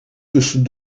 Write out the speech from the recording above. tussen